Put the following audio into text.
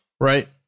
right